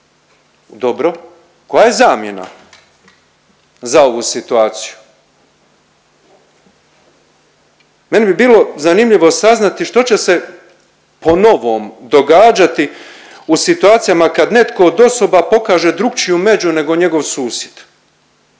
Dobro, koja je zamjena za ovu situaciju? Meni bi bilo zanimljivo saznati što će se po novom događati u situacijama kad netko od osoba pokaže drugačiju među nego njegov susjed.